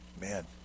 Man